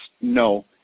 no